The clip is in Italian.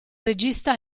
regista